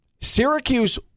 Syracuse